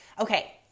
Okay